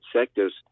sectors